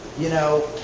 you know,